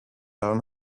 down